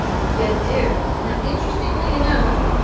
you do. now interestingly enough,